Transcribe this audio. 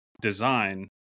design